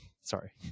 Sorry